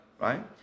right